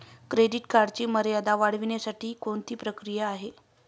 Credit कार्डची मर्यादा वाढवण्यासाठी कोणती प्रक्रिया आहे?